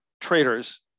traders